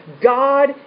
God